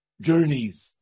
journeys